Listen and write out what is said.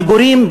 בדיבורים,